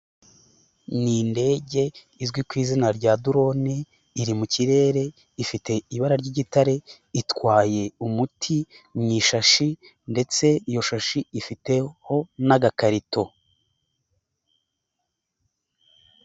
Ni indege izwi ku izina rya doroni iri mu kirere ifite ibara ry'igitare, itwaye umuti mu ishashi ndetse iyo shashi ifiteho n'agakarito.